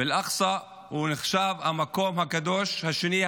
אל-אקצא נחשב למקום הקדוש השני,